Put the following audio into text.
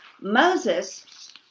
Moses